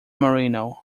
marino